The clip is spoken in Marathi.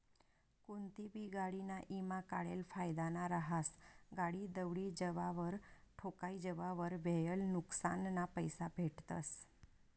कोनतीबी गाडीना ईमा काढेल फायदाना रहास, गाडी दवडी जावावर, ठोकाई जावावर व्हयेल नुक्सानना पैसा भेटतस